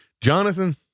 Jonathan